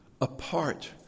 apart